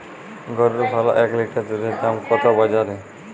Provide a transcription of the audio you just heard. গরুর ভালো এক লিটার দুধের দাম কত বাজারে?